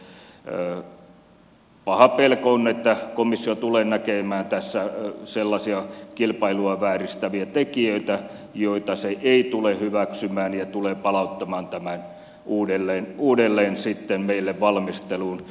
paha pelko on että komissio tulee näkemään tässä sellaisia kilpailua vääristäviä tekijöitä joita se ei tule hyväksymään ja tulee palauttamaan tämän uudelleen sitten meille valmisteluun